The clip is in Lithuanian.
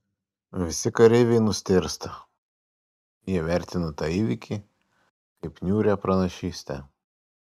visi kareiviai nustėrsta jie vertina tą įvykį kaip niūrią pranašystę